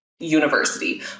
University